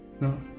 No